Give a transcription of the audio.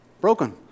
broken